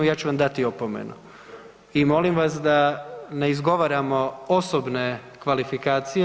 Ja ću vam dati opomenu i molim vas da ne izgovaramo osobne kvalifikacije.